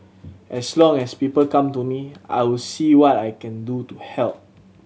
as long as people come to me I will see what I can do to help